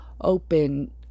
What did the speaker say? open